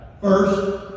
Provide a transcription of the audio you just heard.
First